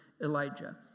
Elijah